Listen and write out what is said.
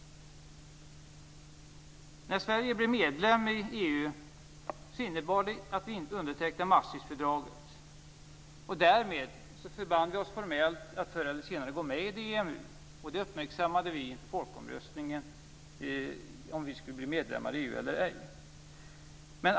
När Sverige blev medlem i EU innebar det att vi inte undertecknade Maastrichtfördraget. Därmed förband vi oss formellt att förr eller senare gå med i EMU. Detta uppmärksammade vi inför folkomröstningen om medlemskap i EU eller ej.